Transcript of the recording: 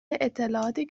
اطلاعاتی